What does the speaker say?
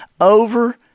over